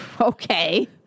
Okay